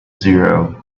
zero